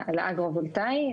לאגרו-וולטאי,